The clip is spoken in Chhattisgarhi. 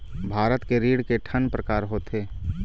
भारत के ऋण के ठन प्रकार होथे?